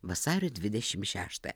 vasario dvidešimt šeštąją